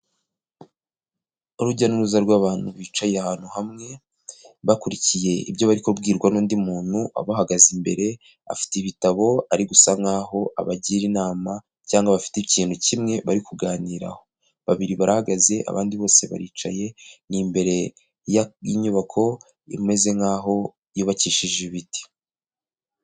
Urujya n'uruza rw'abantu bicaye ahantu hamwe, bakurikiye ibyo bari kubwirwa n'undi muntu, abahagaze imbere, afite ibitabo ari gusa nkaho abagira inama, cyangwa bafite ikintu kimwe bari kuganiraho. Babiri barahagaze, abandi bose baricaye, ni imbere y'inyubako imeze nkaho yubakishije ibiti.